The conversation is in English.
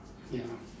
ya